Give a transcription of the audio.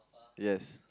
yes